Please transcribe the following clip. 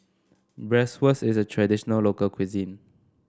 bratwurst is a traditional local cuisine